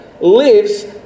lives